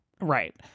Right